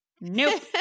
Nope